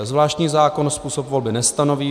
Zvláštní zákon způsob volby nestanoví.